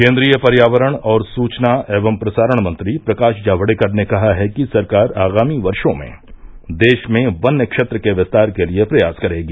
केंद्रीय पर्यावरण और सूचना एवं प्रसारण मंत्री प्रकाश जावड़ेकर ने कहा है कि सरकार आगामी वर्षों में देश में वन्य क्षेत्र के विस्तार के लिए प्रयास करेगी